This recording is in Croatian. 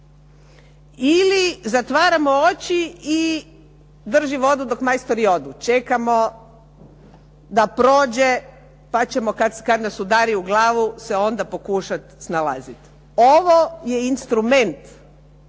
Ili zatvaramo oči i drži vodu dok majstori odu. Čekamo da prođe pa ćemo kada nas udari u glavu se onda pokušati snalaziti. Ovo je instrument